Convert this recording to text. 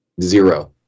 zero